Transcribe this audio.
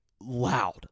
loud